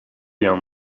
bien